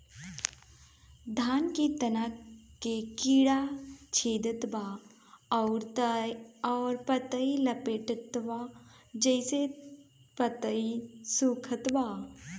धान के तना के कीड़ा छेदत बा अउर पतई लपेटतबा जेसे पतई सूखत बा?